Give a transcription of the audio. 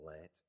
late